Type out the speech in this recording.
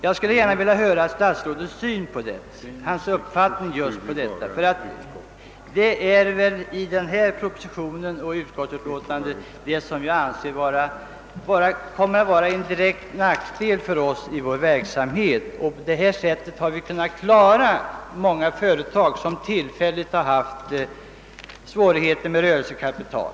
Jag skulle gärna vilja höra statsrådets uppfattning om detta. Detta hinder kommer att vara en direkt nackdel för oss i vår verksamhet. Tidigare har vi i sådana fall kunnat klara många företag som tillfälligt haft svårigheter med rörelsekapital.